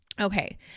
Okay